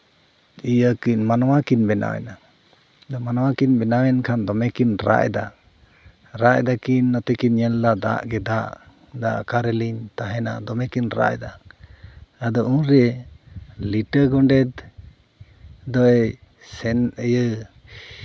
ᱤᱭᱟᱹ ᱠᱤᱱ ᱢᱟᱱᱣᱟ ᱠᱤᱱ ᱵᱮᱱᱟᱣ ᱮᱱᱟ ᱟᱫᱚ ᱢᱟᱱᱣᱟᱠᱤᱱ ᱵᱮᱱᱟᱣ ᱮᱱᱠᱷᱟᱱ ᱫᱚᱢᱮ ᱠᱤᱱ ᱨᱟᱜ ᱮᱫᱟ ᱨᱟᱜ ᱫᱟᱹᱠᱤᱱ ᱱᱟᱛᱮᱠᱤᱱ ᱧᱮᱞᱫᱟ ᱫᱟᱜ ᱜᱮ ᱫᱟᱜ ᱚᱠᱟᱨᱮᱞᱤᱧ ᱛᱟᱦᱮᱱᱟ ᱫᱚᱢᱮ ᱠᱤᱱ ᱨᱟᱜ ᱮᱫᱟ ᱟᱫᱚ ᱩᱱᱨᱮ ᱞᱤᱴᱟᱹ ᱜᱳᱰᱮᱛ ᱫᱚᱭ ᱥᱮᱱ ᱤᱭᱟᱹ